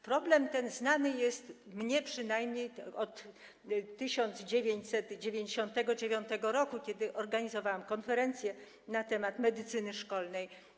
Problem ten znany jest, mnie przynajmniej, od 1999 r., kiedy to organizowałam konferencję na temat medycyny szkolnej.